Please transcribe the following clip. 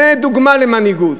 זו דוגמה למנהיגות,